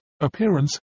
appearance